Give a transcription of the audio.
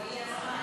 חברי דודי אמסלם,